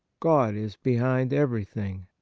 god is behind everything.